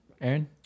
Aaron